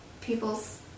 people's